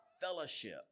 fellowship